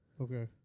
Okay